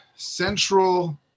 Central